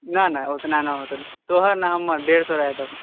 नहि नहि उतना नहि होतौ तोहर ना हमर डेढ़ सए रहए दहो